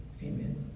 Amen